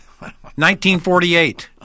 1948